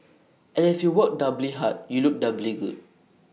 and if you work doubly hard you look doubly good